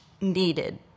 needed